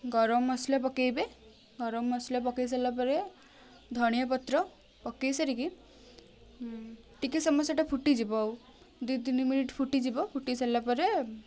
ଗରମ ମସଲା ପକାଇବେ ଗରମ ମସଲା ପକାଇ ସାରିଲା ପରେ ଧଣିଆ ପତ୍ର ପକାଇ ସାରିକି ଟିକେ ସମୟ ସେଇଟା ଫୁଟିଯିବ ଆଉ ଦୁଇ ତିନି ମିନିଟ୍ ଫୁଟିଯିବ ଫୁଟି ସାରିଲା ପରେ